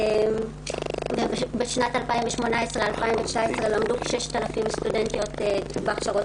בשנים 2018 2019 למדו כ-6,000 סטודנטיות בהכשרות